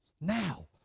Now